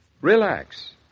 Relax